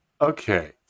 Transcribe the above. okay